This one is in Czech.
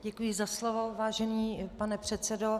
Děkuji za slovo, vážený pane předsedo.